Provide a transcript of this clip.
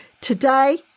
Today